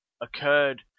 occurred